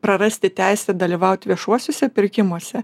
prarasti teisę dalyvaut viešuosiuose pirkimuose